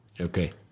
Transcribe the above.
Okay